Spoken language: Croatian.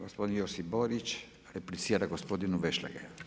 Gospodin Josip Borić, replicira gospodinu Vešligaju.